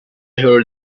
heard